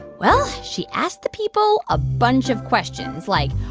well, she asked the people a bunch of questions like,